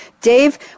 Dave